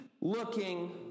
looking